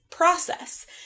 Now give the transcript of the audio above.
process